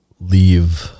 leave